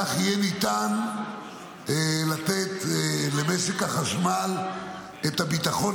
כך יהיה ניתן לתת למשק החשמל את הביטחון